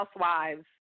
Housewives